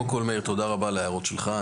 קודם כול, מאיר, תודה רבה על ההערות שלך.